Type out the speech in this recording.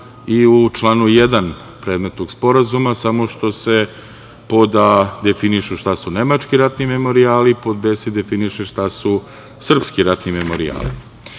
i u članu 1. predmetnog Sporazuma samo što se pod a) definišu šta su nemački ratni memorijali, pod b) se definiše šta su srpski ratni memorijali. Još